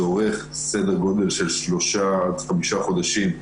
שזה תהליך שאורך סדר גודל של שלושה עד חמישה חודשים,